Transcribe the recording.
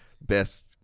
best